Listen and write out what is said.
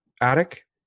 Attic